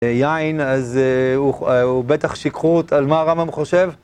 זה יין, אז הוא בטח שכחות על מה הרמב״ם חושב.